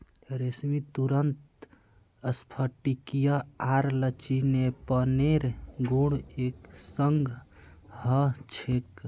रेशमी तंतुत स्फटिकीय आर लचीलेपनेर गुण एक संग ह छेक